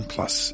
Plus